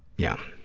yeah.